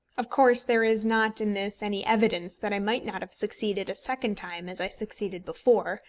of course there is not in this any evidence that i might not have succeeded a second time as i succeeded before,